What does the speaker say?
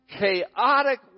chaotic